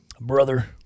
Brother